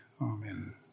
Amen